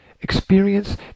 Experience